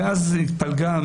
הממשלה התפלגה,